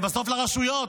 ובסוף לרשויות,